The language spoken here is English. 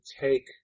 take